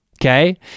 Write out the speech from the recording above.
Okay